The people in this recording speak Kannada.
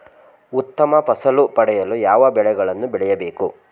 ಉತ್ತಮ ಫಸಲು ಪಡೆಯಲು ಯಾವ ಬೆಳೆಗಳನ್ನು ಬೆಳೆಯಬೇಕು?